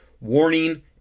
Warning